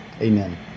Amen